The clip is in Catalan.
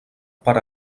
per